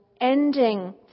ending